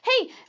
Hey